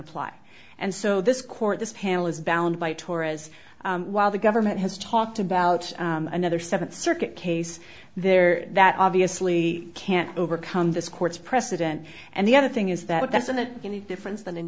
apply and so this court this panel is bound by torres while the government has talked about another seventh circuit case there that obviously can't overcome this court's precedent and the other thing is that that's an any difference than in